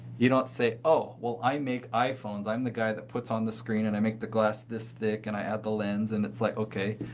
you don't say, oh, well, i make iphones, i'm the guy that puts on the screen and i make the glass this thick and i add the lens and it's like, okay.